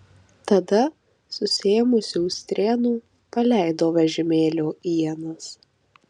tada susiėmusi už strėnų paleido vežimėlio ienas